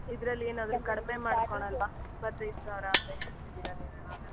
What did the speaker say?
ಇದರಲ್ಲಿ ಏನಾದರೂ ಕಡಿಮೆ ಮಾಡ್ಕೊಳಲ್ವಾ ಇಪ್ಪತ್ತೈದು ಸಾವಿರ ಅಂತ ಹೇಳ್ತಿದ್ದೀರಾ ನೀವಿವಾಗ